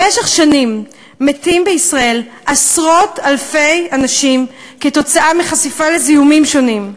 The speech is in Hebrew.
במשך שנים מתים בישראל עשרות-אלפי אנשים עקב חשיפה לזיהומים שונים,